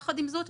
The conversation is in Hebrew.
יחד עם זאת,